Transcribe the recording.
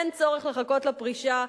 אין צורך לחכות לפרישה,